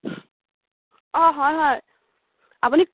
অঁ হয় হয় আপুনি